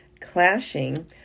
clashing